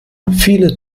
viele